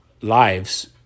lives